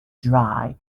dry